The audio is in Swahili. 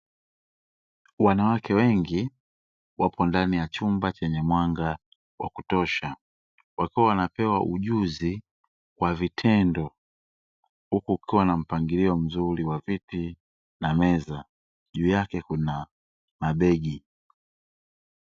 Wanawake wengi wapo ndani ya chumba chenye mwanga wa kutosha wakiwa wanapewa ujuzi kwa vitendo, huku kukiwa na mpangilio mzuri wa viti na meza, juu yake kuna mabegi.